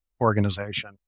organization